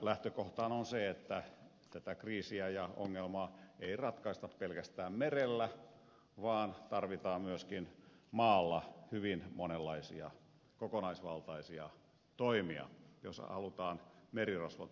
lähtökohtahan on se että tätä kriisiä ja ongelmaa ei ratkaista pelkästään merellä vaan tarvitaan myöskin maalla hyvin monenlaisia kokonaisvaltaisia toimia jos halutaan merirosvot saada kuriin